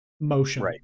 motion